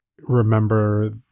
remember